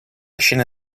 scena